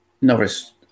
Norris